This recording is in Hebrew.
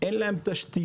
אין להם תשתיות,